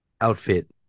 Outfit